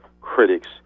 critics